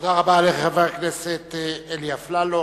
תודה רבה לחבר הכנסת אלי אפללו.